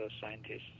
scientists